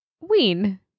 Ween